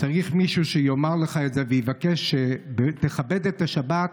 צריך מישהו שיאמר לך את זה ויבקש שתכבד את השבת,